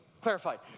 clarified